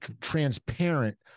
transparent